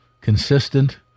consistent